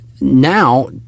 now